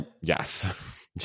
Yes